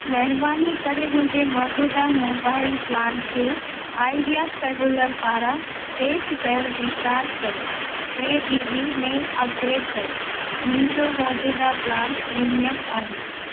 महिरबानी करे मुंहिंजे मौज़ूदा मोबाइल प्लान खे आईडिया सेल्युलर पारां पेशि कयलु रिचार्ज कयो टे जीबी में अपग्रेड कयो मुंहिंजो मौज़ूदा प्लान प्रीमियम आहे